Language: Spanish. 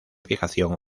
fijación